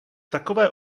takové